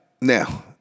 Now